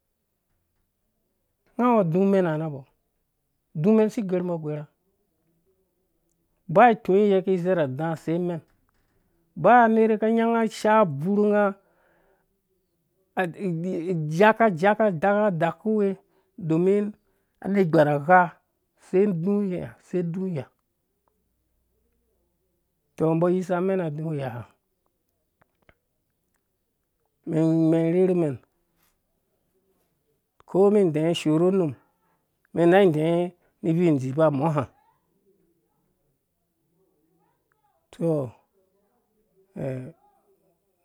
Nga wu. adumenha rabo dumɛn asi goru mbɔ agora ba ikpu yiye ki zerh ada sai mɛn ba nera ka nayanga ishaa buurnga jaka dakuwe domin anegwae agha sai nduya sai duya tɔ mbɔ ayisa mɛn a duya ha mɛn rherhumɛn ko mɛn idɛɛ ishoru unum mɛn na idɛɛ ni vi dzipa moha toh,